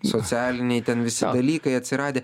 socialiniai ten visi dalykai atsiradę